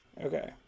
Okay